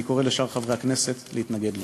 אני קורא לשאר חברי הכנסת להתנגד לו.